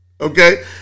Okay